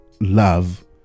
love